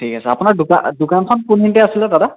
ঠিক আছে আপোনাৰ দোকা দোকানখন কোনখিনিতে আছিলে দাদা